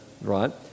right